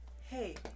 Hey